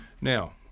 Now